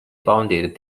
founded